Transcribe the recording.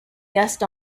guest